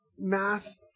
math